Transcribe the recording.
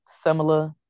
similar